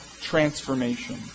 transformation